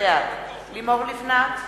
בעד לימור לבנת,